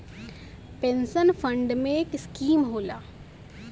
pension fund में एक scheme होला